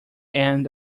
end